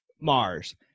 Mars